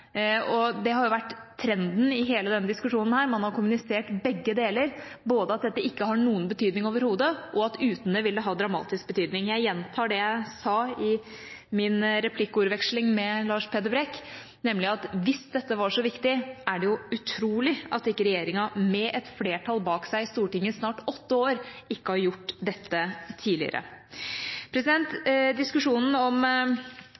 og det har vært trenden i hele denne diskusjonen: Man har kommunisert begge deler, både at dette ikke har noen betydning overhodet, og at uten dette ville det ha dramatisk betydning. Jeg gjentar det jeg sa i min replikkordveksling med Lars Peder Brekk, nemlig at hvis dette var så viktig, er det utrolig at regjeringa med et flertall bak seg i Stortinget i snart åtte år ikke har gjort dette tidligere. Diskusjonen om